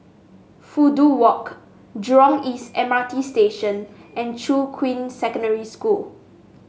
Fudu Walk Jurong East M R T Station and Shuqun Secondary School